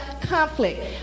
conflict